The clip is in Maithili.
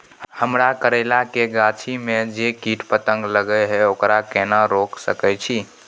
हमरा करैला के गाछी में जै कीट पतंग लगे हैं ओकरा केना रोक सके छी?